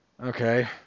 Okay